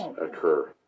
occur